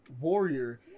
warrior